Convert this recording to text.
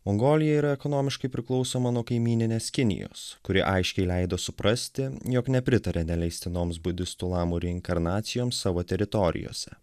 mongolija yra ekonomiškai priklausoma nuo kaimyninės kinijos kuri aiškiai leido suprasti jog nepritaria neleistinoms budistų lamų reinkarnacijoms savo teritorijose